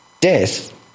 death